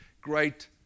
great